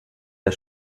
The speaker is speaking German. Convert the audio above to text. der